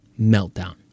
meltdown